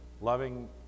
loving